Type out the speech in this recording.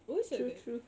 always like that